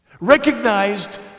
recognized